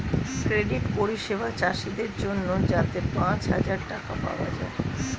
credit পরিষেবা চাষীদের জন্যে যাতে পাঁচ হাজার টাকা পাওয়া যায়